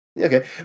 Okay